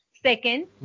Second